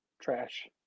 trash